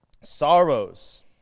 sorrows